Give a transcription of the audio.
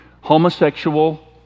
Homosexual